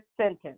sentence